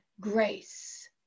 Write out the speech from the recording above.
grace